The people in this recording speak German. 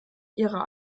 ihrer